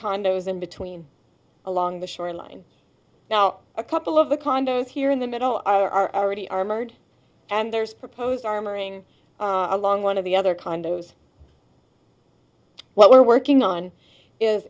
condos in between along the shoreline now a couple of the condos here in the middle are already armored and there's proposed armoring along one of the other condos what we're working on is